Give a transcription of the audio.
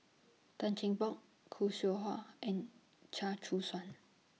Tan Cheng Bock Khoo Seow Hwa and Chia Choo Suan